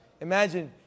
Imagine